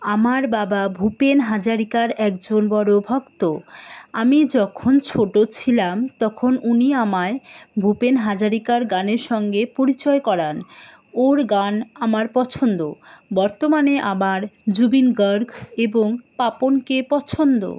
আমার বাবা ভূপেন হাজারিকার একজন বড়ো ভক্ত আমি যখন ছোটো ছিলাম তখন উনি আমায় ভূপেন হাজারিকার গানের সঙ্গে পরিচয় করান ওঁর গান আমার পছন্দ বর্তমানে আমার জুবিন গর্গ এবং পাপনকে পছন্দ